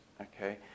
Okay